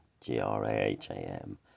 G-R-A-H-A-M